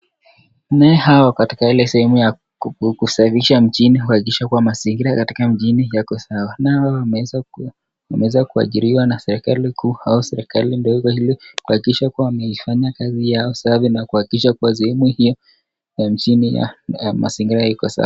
Naya hawa wako katika ile sehemu ya kusafisha mjini kuhakikisha kuwa mazingira ya mchini yako sawa nao wameweza kuajiriwa na serikali kuu au serikali ndogo ili kuhakikisha kuwa wameifanya kazi yao safi na kuhakikisha kuwa sehemu hiyo ya mjini ya mazingira iko sawa.